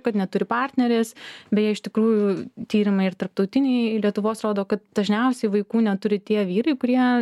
kad neturi partnerės beje iš tikrųjų tyrimai ir tarptautiniai lietuvos rodo kad dažniausiai vaikų neturi tie vyrai kurie